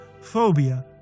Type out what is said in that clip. phobia